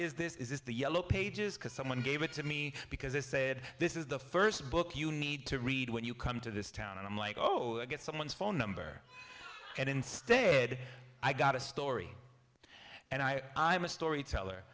is this is this the yellow pages because someone gave it to me because i said this is the first book you need to read when you come to this town and i'm like oh i get someone's phone number and instead i got a story and i i'm a storyteller